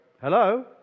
Hello